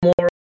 more